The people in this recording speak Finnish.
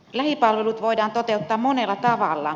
lähipalvelut voidaan toteuttaa monella tavalla